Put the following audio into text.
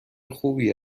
خوبی